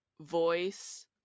voice